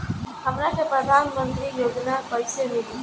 हमरा के प्रधानमंत्री योजना कईसे मिली?